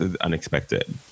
unexpected